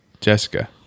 Jessica